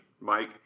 Mike